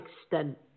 extent